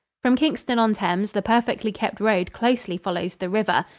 from kingston-on-thames, the perfectly kept road closely follows the river.